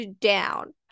down